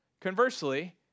Conversely